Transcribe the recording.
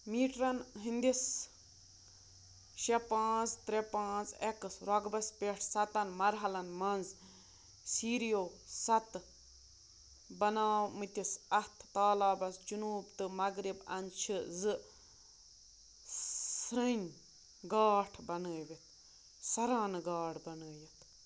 میٖٹرن ہِندِس ترٛےٚ پانٛژھ ایکٕس رۄقبس پیٹھ سَتَن مرحلن منٛز سیٖریو سَتہٕ بناومٕتِس اَتھ تالابس جنوٗب تہٕ مغرب اندٕ چھِ زٕ سٔرنۍ گھاٹ بنٲوِتھ سرانہٕ گھاٹ بنٲوِتھ